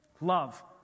love